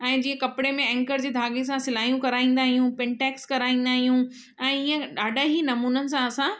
ऐं जीअं कपिड़े में एंकर जे धागे सां सिलायूं कराईंदा आहियूं प्रिंटेक्स कराईंदा आहियूं ऐं इहे ॾाढा ई नमूननि सां असां